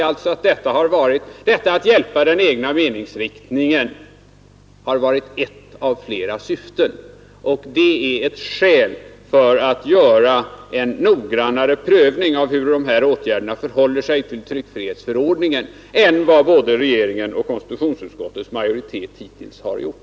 Att hjälpa den egna meningsriktningen har varit ett av flera syften, och det är ett skäl att göra en noggrannare prövning av hur de föreslagna åtgärderna förhåller sig till tryckfrihetsförordningen än vad både regeringen och konstitutionsutskottets majoritet hittills har gjort.